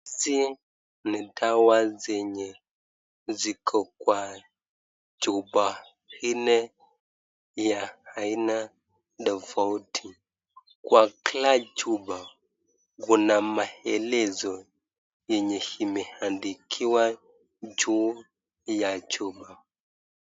Hizi ni dawa zenye ziko kwa chupa nne ya aina tofauti, kwa kila chupa kuna maelezo yenye imeandikiwa juu ya chupa.